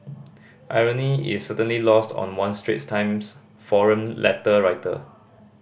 irony is certainly lost on one Straits Times forum letter writer